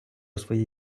свої